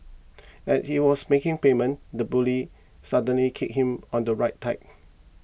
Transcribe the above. at he was making payment the bully suddenly kicked him on the right thigh